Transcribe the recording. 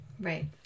Right